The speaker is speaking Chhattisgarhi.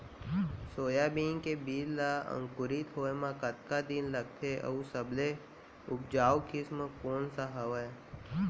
सोयाबीन के बीज ला अंकुरित होय म कतका दिन लगथे, अऊ सबले उपजाऊ किसम कोन सा हवये?